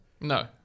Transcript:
No